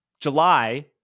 July